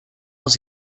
els